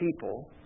people